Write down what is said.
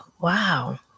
Wow